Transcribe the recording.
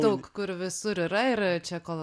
daug kur visur yra ir čia kol